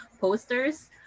posters